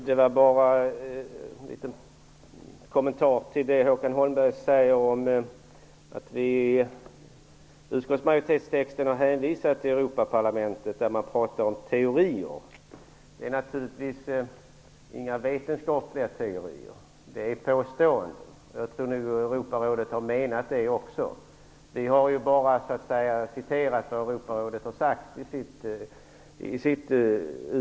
Fru talman! Jag vill göra en kommentar till det Håkan Holmberg säger om att vi i utskottsmajoritetstexten har hänvisat till Europaparlamentet, där det talas om teorier. Naturligtvis är det inga vetenskapliga teorier - det är påståenden. Jag tror att Europaparlamentet också avsåg detta. Vi har bara citerat vad Europaparlamentet har sagt i sin resolution.